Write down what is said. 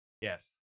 yes